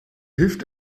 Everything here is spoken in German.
hilft